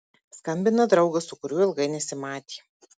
skambina draugas su kuriuo ilgai nesimatė